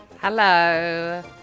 Hello